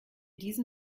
diesen